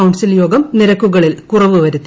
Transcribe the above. council യോഗം നിരക്കുകളിൽ കുറവുവരുത്തി